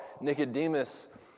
Nicodemus